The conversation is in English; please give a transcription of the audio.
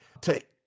take